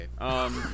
Okay